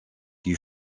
qui